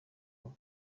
ngo